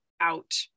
out